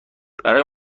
برای